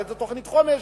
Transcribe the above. הרי זאת תוכנית חומש,